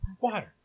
water